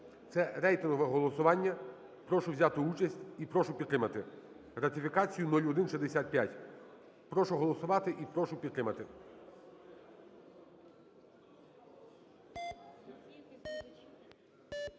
Це рейтингове голосування. Прошу взяти участь і прошу підтримати ратифікацію 0165. Прошу голосувати і прошу підтримати.